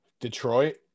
Detroit